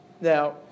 Now